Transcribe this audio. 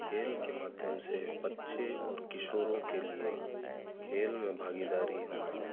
खेल के माध्यम से बच्चे और किशोरों के लिए खेल में भागीदारी होना